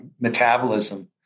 metabolism